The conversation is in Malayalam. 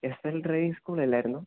S L driving സ്കൂളല്ലായിരുന്നോ